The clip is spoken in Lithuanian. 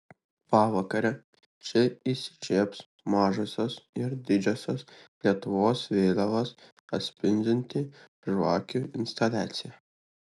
pavakarę čia įsižiebs mažosios ir didžiosios lietuvos vėliavas atspindinti žvakių instaliacija